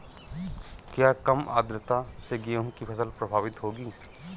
क्या कम आर्द्रता से गेहूँ की फसल प्रभावित होगी?